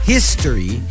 History